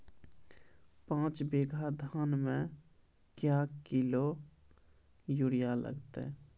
पाँच बीघा धान मे क्या किलो यूरिया लागते?